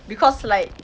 because like